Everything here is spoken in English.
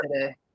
today